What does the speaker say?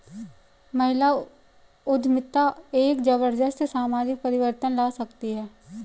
महिला उद्यमिता एक जबरदस्त सामाजिक परिवर्तन ला सकती है